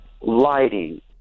lighting